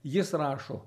jis rašo